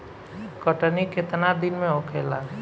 कटनी केतना दिन में होखेला?